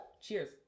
Cheers